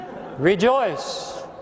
Rejoice